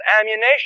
ammunition